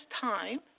time